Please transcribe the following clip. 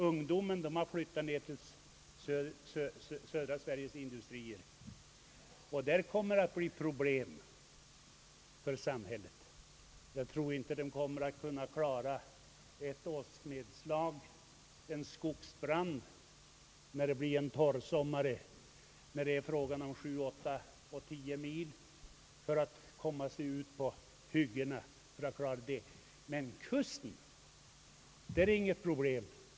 Ungdomen har flyttat till södra Sveriges industrier. Det kommer att bli problem för samhället. Jag tror inte att man kommer att kunna klara ett åsknedslag som vållat en skogsbrand när det blir en torr sommar. Man måste åka 7—10 mil för att komma ut på hyggena. Men vid kusten är det inte något problem.